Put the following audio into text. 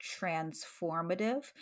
transformative